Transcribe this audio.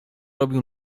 robił